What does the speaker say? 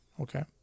Okay